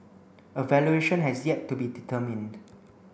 a valuation has yet to be determined